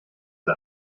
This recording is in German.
der